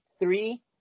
three